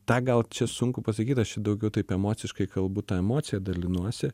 tą gal čia sunku pasakyt aš čia daugiau taip emociškai kalbu ta emocija dalinuosi